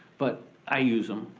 but i use em.